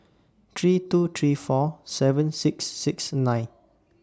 three two three four seven six six nine